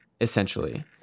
essentially